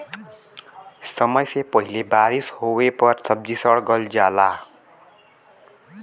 समय से पहिले बारिस होवे पर सब्जी सड़ गल जाला